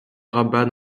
rabat